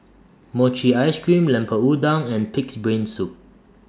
Mochi Ice Cream Lemper Udang and Pig'S Brain Soup